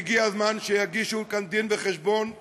והגיע הזמן שיגישו כאן דין-וחשבון לציבור,